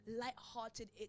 light-hearted